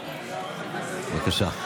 בבקשה.